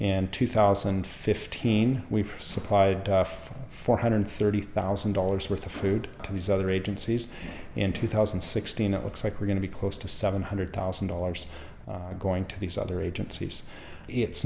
and two thousand and fifteen we've supplied four hundred thirty thousand dollars worth of food to these other agencies in two thousand and sixteen it looks like we're going to be close to seven hundred thousand dollars going to these other agencies it's